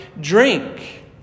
drink